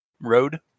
Road